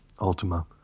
Ultima